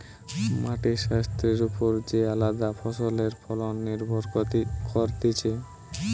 মাটির স্বাস্থ্যের ওপর যে আলদা ফসলের ফলন নির্ভর করতিছে